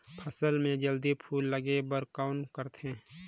फसल मे जल्दी फूल लगे बर कौन करथे?